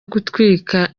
gutwika